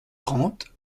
trente